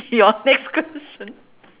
your next question